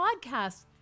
podcast